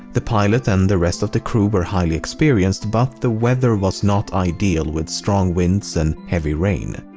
the pilot and the rest of the crew where highly experienced but the weather was not ideal with strong winds and heavy rain.